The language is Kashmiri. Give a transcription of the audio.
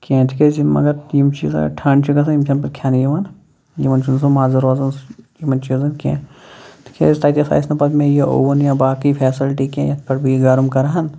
کیٚنہہ تِکیٛازِ مگر یِم چیٖز اَگر ٹھنٛڈ چھِ گژھان یِم چھِنہٕ پتہٕ کھیٚنہٕ یِوان یِمَن چھِنہٕ سُہ مَزٕ روزان سُہ یِمَن چیٖزَن کیٚنہہ تِکیٛازِ تَتیتھ آسِنہٕ پتہٕ مےٚ یہِ اوٚوُن یا باقٕے فیسلٹی کیٚنہہ یَتھ پٮ۪ٹھ بہٕ یہِ گرم کَرٕہَن